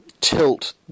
tilt